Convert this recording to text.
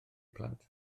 plant